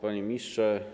Panie Ministrze!